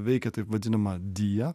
veikė taip vadinama dija